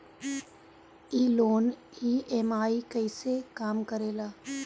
ई loan EMI कईसे काम करेला?